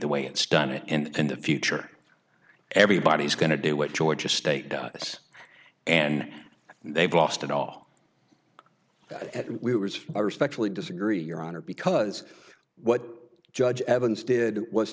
the way it's done it and the future everybody's going to do what georgia state does and they've lost it all i respectfully disagree your honor because what judge evans did w